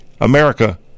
America